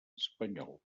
espanyol